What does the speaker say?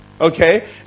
Okay